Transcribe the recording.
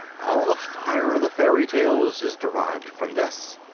all the fire of the fairy tales is derived from this.